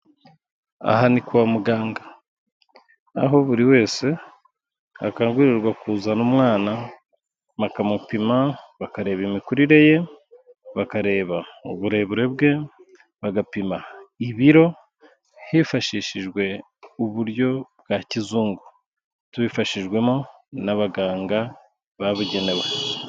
Aha ni kwa muganga. Aho buri wese akangurirwa kuzana umwana, bakamupima, bakareba imikurire ye, bakareba uburebure bwe, bagapima ibiro, hifashishijwe uburyo bwa kizungu. Tubifashijwemo n'abaganga babugenewe.